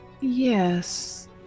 Yes